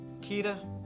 kita